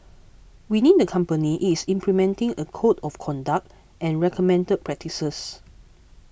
within the company is implementing a code of conduct and recommended practices